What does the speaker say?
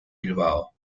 bilbao